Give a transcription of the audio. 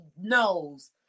knows